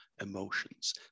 emotions